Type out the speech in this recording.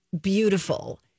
beautiful